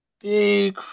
Big